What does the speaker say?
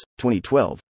2012